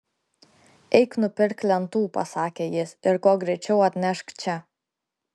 eik nupirk lentų pasakė jis ir kuo greičiau atnešk čia